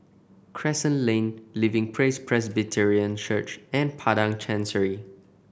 Crescent Lane Living Praise Presbyterian Church and Padang Chancery